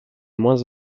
moins